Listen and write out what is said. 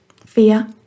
fear